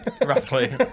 roughly